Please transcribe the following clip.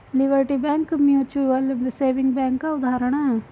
liberty bank mutual saving bank का उदाहरण है